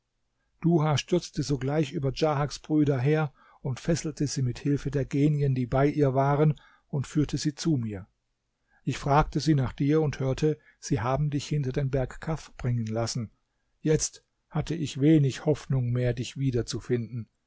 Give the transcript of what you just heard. duha stürzte sogleich über djahaks brüder her und fesselte sie mit hilfe der genien die bei ihr waren und führte sie zu mir ich fragte sie nach dir und hörte sie haben dich hinter den berg kaf bringen lassen jetzt hatte ich wenig hoffnung mehr dich wiederzufinden